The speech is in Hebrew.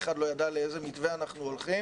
אחד לא ידע לאיזה מתווה אנחנו הולכים